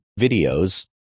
videos